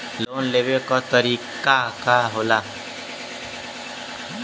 Loan लेवे क तरीकाका होला?